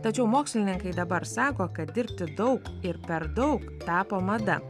tačiau mokslininkai dabar sako kad dirbti daug ir per daug tapo mada